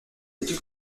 étude